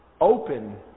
open